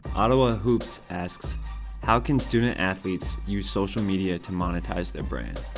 ottawahoops asks how can student athletes use social media to monetize their brand?